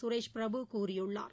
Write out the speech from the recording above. சுரேஷ்பிரபு கூறியுள்ளார்